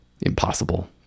impossible